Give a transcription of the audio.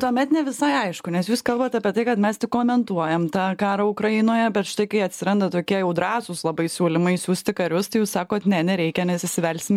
tuomet ne visai aišku nes jūs kalbat apie tai kad mes tik komentuojam tą karą ukrainoje bet štai kai atsiranda tokie jau drąsūs labai siūlymai siųsti karius tai jūs sakot ne nereikia nes įsivelsim